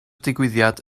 digwyddiad